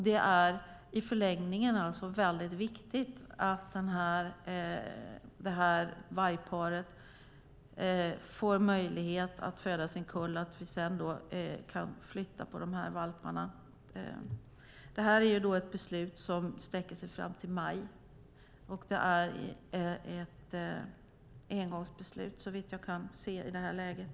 Det är i förlängningen mycket viktigt att det här vargparet får möjlighet att föda sin kull och att vi sedan kan flytta på de här valparna. Det här är ett beslut som sträcker sig fram till maj. Det är ett engångsbeslut såvitt jag kan se i det här läget.